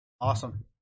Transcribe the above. Awesome